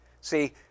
See